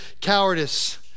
cowardice